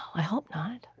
i hope not.